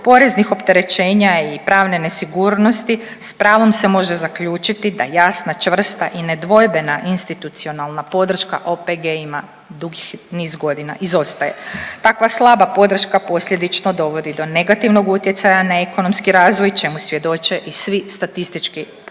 poreznih opterećenja i pravne nesigurnosti, s pravom se može zaključiti da jasna, čvrsta i nedvojbena institucionalna podrška OPG-ima dugi niz godina izostaje. Takva slaba podrška posljedično dovodi do negativnog utjecaja na ekonomski razvoj, čemu svjedoče i svi statistički pokazatelji.